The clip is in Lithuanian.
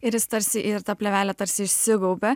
ir jis tarsi ir ta plėvelė tarsi išsigaubia